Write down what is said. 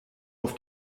auf